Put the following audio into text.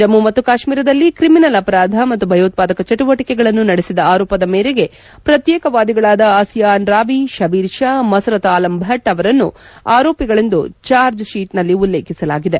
ಜಮ್ಮ ಮತ್ತು ಕಾಶ್ಮೀರದಲ್ಲಿ ತ್ರಿಮಿನಲ್ ಅಪರಾಧ ಮತ್ತು ಭಯೋತ್ಪಾದಕ ಚಟುವಟಕೆಗಳನ್ನು ನಡೆಸಿದ ಆರೋಪದ ಮೇರೆಗೆ ಪ್ರತ್ಯೇಕವಾದಿಗಳಾದ ಆಸಿಯಾ ಅಂಡ್ರಾಬಿ ಶಬೀರ್ ಶಾ ಮಸರತ್ ಆಲಂ ಭಟ್ ಅವರನ್ನು ಆರೋಪಿಗಳೆಂದು ಚಾರ್ಜ್ಶೀಟ್ನಲ್ಲಿ ಉಲ್ಲೇಖಿಸಲಾಗಿದೆ